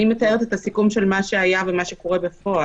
אני מתארת את הסיכום של מה שהיה ומה שקורה בפועל.